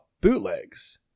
bootlegs